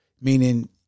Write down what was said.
meaning